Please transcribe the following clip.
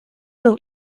will